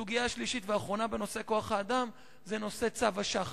סוגיה שלישית ואחרונה בנושא כוח-האדם היא צו שח"מ.